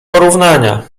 porównania